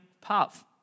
path